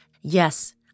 Yes